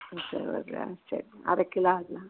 நூற்றி அறுபதா சரி அரைக் கிலோ அது